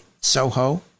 SoHo